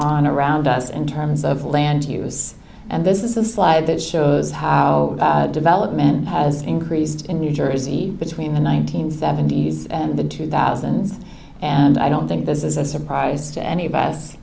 on around us in terms of land use and this is a slide that shows how development has increased in new jersey between the one nine hundred seventy s and the two thousands and i don't think this is a surprise to anybody else